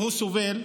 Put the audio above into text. והוא סובל,